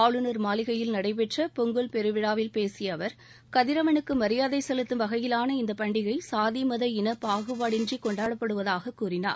ஆளுநர் மாளிகையில் நடைபெற்ற பொங்கல் பெருவிழாவில் பேசிய அவர் கதிரவனுக்கு மரியாதை செலுத்தும் வகையிலான இந்தப் பண்டிகை சாதி மத இன பாகுபாடின்றி கொண்டாடப்படுவதாக கூறினார்